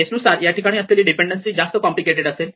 केस नुसार या ठिकाणी असलेली डीपेंडेन्सी जास्त कॉम्प्लिकेटेड असेल